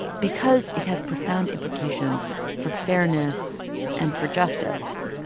because it has profound implications for fairness and for justice.